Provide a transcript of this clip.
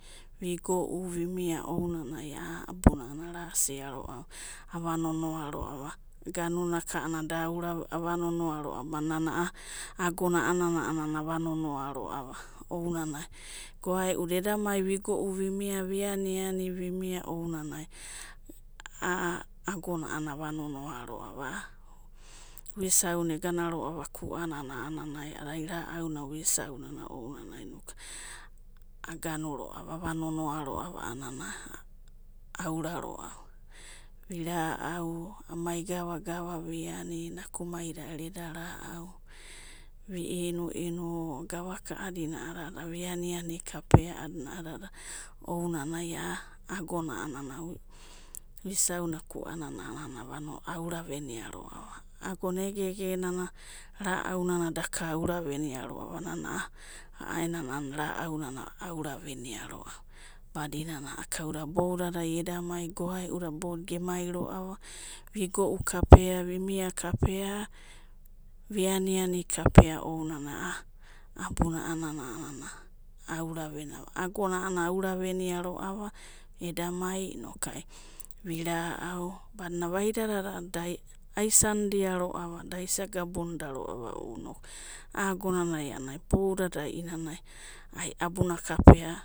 Vi'go'u vi mia ounanai a'a abuna arasiaroava ava nonoa'roava, garuna ko da, ava nonoa'roava badinana nana a'a agonanavanonoa'roava, ounanai goae'uda eda mai vi'go'u, vi'mia. vi'aniani aa agona ava nonoa'roava aa. Vuisai ega'raroa kuanana a'ananai a'anana ra'auna vuisaunana ounanai inokuai agonai roava, ava nonoa'roava auraroava vi'ra'au, amai gava gava vi'au nakumaida ero eda ra'au, vi'inuinu, gavaka a'adina, vi'aniani kapea a'adina a'adada ounanai a'a agona vuisana kuanana aura'venia roava, agona egegenana ra'aurana daka auro venia roava nana aa agona aura venia roava, badinana ana kauda iboudadai eda'mai, goae'uda gemai roava vi go'u kapea vi'mia kapea, vi'aniani kapea ounanai nana a'a abuna a'anana a'anana abuna auraverua'roava agona auraveni eda mai, vi'rau badinana vaidada da'aisanida roava da aisa gabubunida roava ounanai a'a agonanai a'anana boudadai i'inanai ai abuna kapea.